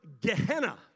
Gehenna